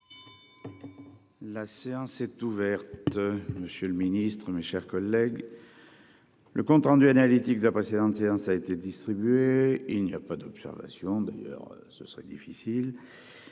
Monsieur le Ministre, mes chers collègues. Le compte rendu analytique de la précédente séance a été distribué. Il n'y a pas d'observation d'ailleurs ce serait difficile.